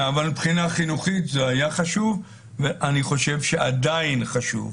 אבל מבחינה חינוכית זה היה חשוב ואני חושב שעדיין חשוב.